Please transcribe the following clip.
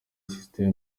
system